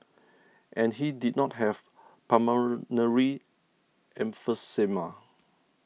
and he did not have pulmonary emphysema